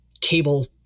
Cable